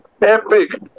epic